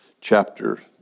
chapter